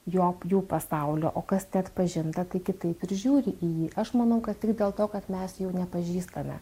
jog jų pasaulio o kas tai atpažinta tai kitaip ir žiūri į jį aš manau kad tik dėl to kad mes jų nepažįstame